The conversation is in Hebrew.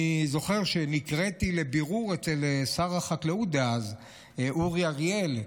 אני זוכר שנקראתי לבירור אצל שר החקלאות דאז אורי אריאל,